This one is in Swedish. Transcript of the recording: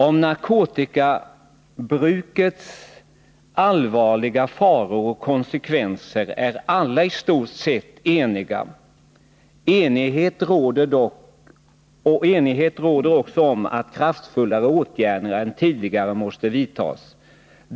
Om narkotikamissbrukets allvarliga faror och konsekvenser är alla i stort sett eniga. Enighet råder också om att kraftfullare åtgärder än tidigare nu måste vidtas.